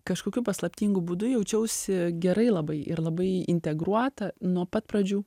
kažkokiu paslaptingu būdu jaučiausi gerai labai ir labai integruota nuo pat pradžių